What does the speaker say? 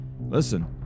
Listen